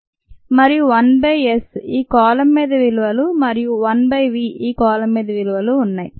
మనకు 1 by s ఈ column మీద విలువలు మరియు 1 బై v ఈ కాలమ్ మీద విలువలు ఉన్నాయి